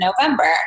November